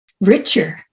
richer